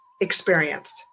experienced